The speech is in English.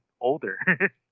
older